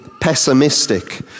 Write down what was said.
pessimistic